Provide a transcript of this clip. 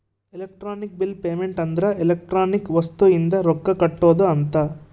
electronic bill payment ಅಂದ್ರ electronic ವಸ್ತು ಇಂದ ರೊಕ್ಕ ಕಟ್ಟೋದ ಅಂತ